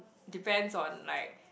depends on like